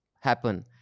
happen